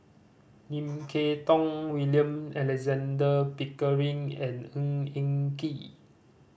Lim Kay Tong William Alexander Pickering and Ng Eng Kee